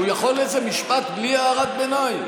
הוא יכול איזה משפט בלי הערת ביניים?